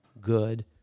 good